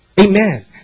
Amen